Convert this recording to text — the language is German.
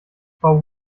frau